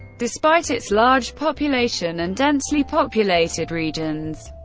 despite its large population and densely populated regions,